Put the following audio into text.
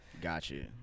Gotcha